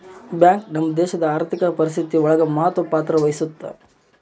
bank ನಮ್ ದೇಶಡ್ ಆರ್ಥಿಕ ಪರಿಸ್ಥಿತಿ ಒಳಗ ಮಹತ್ವ ಪತ್ರ ವಹಿಸುತ್ತಾ